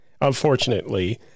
unfortunately